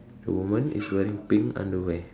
the woman is wearing pink underwear